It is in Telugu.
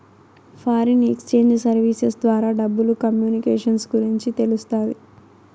ఫారిన్ ఎక్సేంజ్ సర్వీసెస్ ద్వారా డబ్బులు కమ్యూనికేషన్స్ గురించి తెలుస్తాది